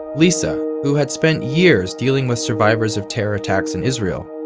lisa, who had spent years dealing with survivors of terror attacks in israel,